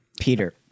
Peter